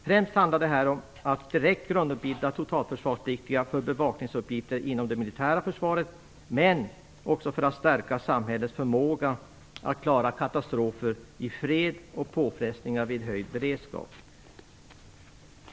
Främst handlar det om att direkt grundutbilda totalförsvarspliktiga för bevakningsuppgifter inom det militära försvaret men också om att stärka samhällets förmåga att klara katastrofer i fred och påfrestningar vid höjd beredskap.